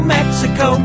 Mexico